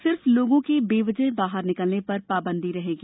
सिर्फ लोगों के बेवजह बाहर निकलने पर पाबंदी रहेगी